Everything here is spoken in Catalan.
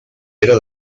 era